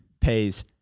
pays